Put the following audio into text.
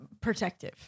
protective